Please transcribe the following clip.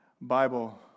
Bible